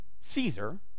Caesar